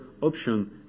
option